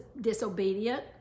disobedient